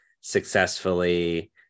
successfully